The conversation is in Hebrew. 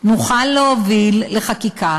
נוכל להוביל לחקיקה